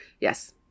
Yes